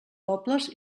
pobles